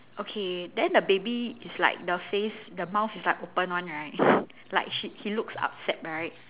okay then the baby is like the face the mouth is like open [one] right like she he looks upset right